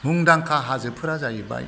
मुंदांखा हाजोफोरा जाहैबाय